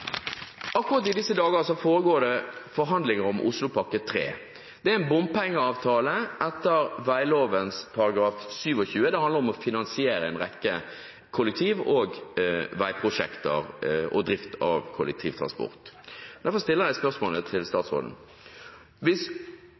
Akkurat i disse dager foregår det forhandlinger om Oslopakke 3. Det er en bompengeavtale etter vegloven § 27 og handler om å finansiere en rekke kollektiv- og veiprosjekter og drift av kollektivtransport. Derfor stiller jeg spørsmålet til statsråden: Hvis